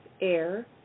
air